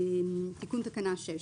תיקון תקנה 6